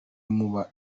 muba